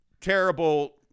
terrible